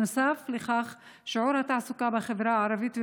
נוסף לכך שיעור התעסוקה בחברה הערבית,